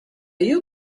you